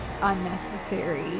unnecessary